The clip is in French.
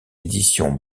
éditions